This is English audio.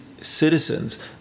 citizens